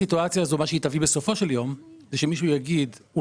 הסיטואציה תביא לכך שמישהו יגיד: הוא